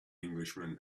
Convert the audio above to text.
englishman